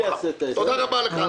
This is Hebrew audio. תודה רבה לך.